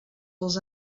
els